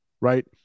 right